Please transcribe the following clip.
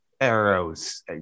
arrows